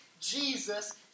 Jesus